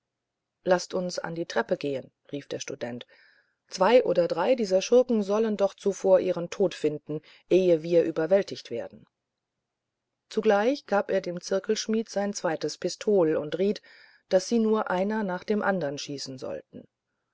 laßt uns an die treppe gehen rief der student zwei oder drei dieser schurken sollen doch zuvor ihren tod finden ehe wir überwältigt werden zugleich gab er dem zirkelschmidt sein zweites pistol und riet daß sie nur einer nach dem andern schießen wollten